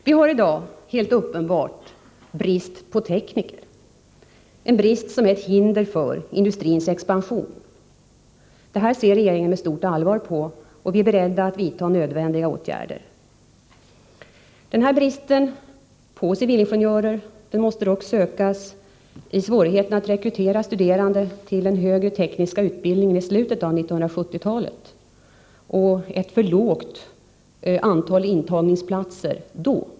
Vi har i dag alldeles uppenbart brist på tekniker. Det är en brist som utgör ett hinder för industrins expansion. Det här ser regeringen med stort allvar på, och vi är beredda att vidta nödvändiga åtgärder. Orsaken till denna brist på civilingenjörer måste dock sökas i svårigheten att rekrytera studerande till den högre tekniska utbildningen i slutet av 1970-talet, och ett för lågt antal intagningsplatser då.